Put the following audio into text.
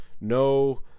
no